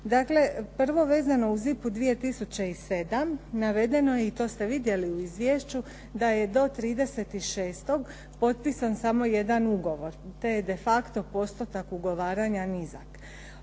Dakle, prvo vezano uz IPA-u 2007. navedeno je i to ste vidjeli u izvješću da je do 30.6. potpisan samo jedan ugovor, te je de facto postotak ugovaranja nizak.